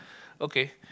okay